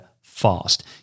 fast